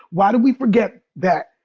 why do we forget that?